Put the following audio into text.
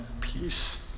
peace